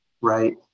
right